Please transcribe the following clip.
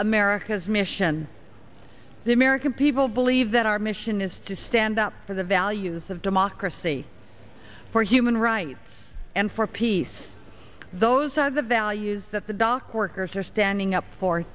america's mission the american people believe that our mission is to stand up for the values of democracy for human rights and for peace those are the values that the dock work her standing up for